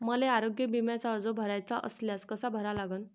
मले आरोग्य बिम्याचा अर्ज भराचा असल्यास कसा भरा लागन?